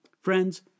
Friends